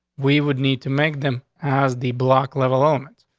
we would need to make them as the block level elements.